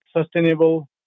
sustainable